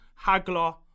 Hagler